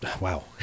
wow